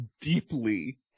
deeply